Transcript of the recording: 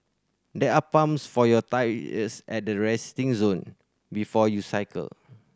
there are pumps for your tyres at the resting zone before you cycle